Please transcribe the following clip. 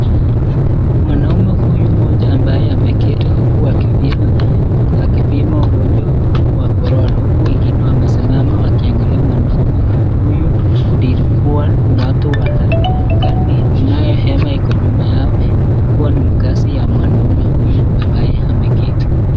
Mwanamme huyu moja ambaye ameketi huku akipima ugonjwa wa Corona, huku wengine wamesimama wakiangalia mwanamme huyu kuwa ni watu afya. Kunayo hema iko nyuma yao, kuwa ni mkazi wa mwanamme huyu ambaye ameketi.